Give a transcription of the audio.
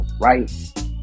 right